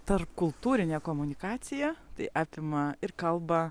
tarpkultūrinė komunikacija tai apima ir kalbą